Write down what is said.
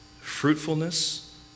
fruitfulness